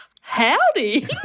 Howdy